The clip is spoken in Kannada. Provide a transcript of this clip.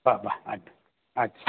ಬಾ ಬಾ ಆಯ್ತು ಆಯ್ತು